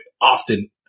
often